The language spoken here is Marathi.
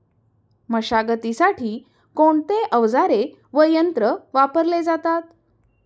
मशागतीसाठी कोणते अवजारे व यंत्र वापरले जातात?